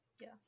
Yes